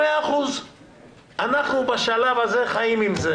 מאחר ואם ניקח לדוגמה את בית החולים רמב"ם בחיפה,